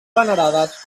venerades